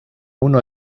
uno